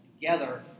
together